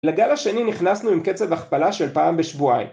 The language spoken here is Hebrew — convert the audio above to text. לגל השני נכנסנו עם קצב הכפלה של פעם בשבועיים